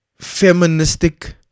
feministic